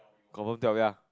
confirm